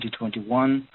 2021